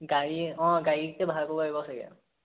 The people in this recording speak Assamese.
গাড়ী অঁ গাড়ীকে ভাড়া কৰিব লাগিব চাগে